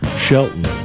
Shelton